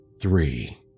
three